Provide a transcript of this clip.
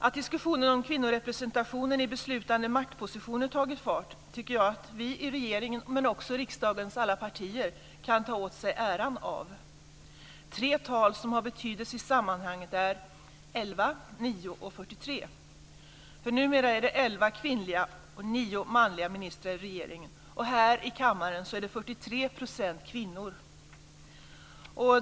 Att diskussionen om kvinnorepresentationen i beslutande maktpositioner tagit fart tycker jag att regeringen, men också riksdagens alla partier, kan ta åt sig äran av. Tre tal som har betydelse i sammanhanget är elva, nio och 43. Numera är det elva kvinnliga och nio manliga ministrar i regeringen. Här i kammaren är det 43 % kvinnor.